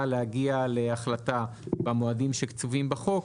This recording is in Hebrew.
להגיע להחלטה במועדים שקצובים בחוק,